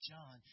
John